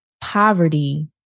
poverty